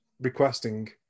requesting